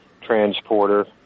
transporter